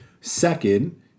Second